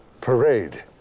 parade